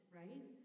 right